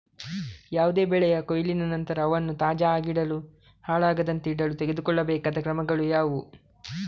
ಯಾವುದೇ ಬೆಳೆಯ ಕೊಯ್ಲಿನ ನಂತರ ಅವನ್ನು ತಾಜಾ ಆಗಿಡಲು, ಹಾಳಾಗದಂತೆ ಇಡಲು ತೆಗೆದುಕೊಳ್ಳಬೇಕಾದ ಕ್ರಮಗಳು ಯಾವುವು?